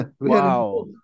Wow